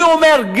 אני אומר,